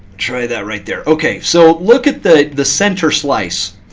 try that right there. ok, so look at the the center slice.